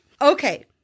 Okay